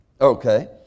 Okay